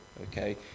okay